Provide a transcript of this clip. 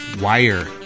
wire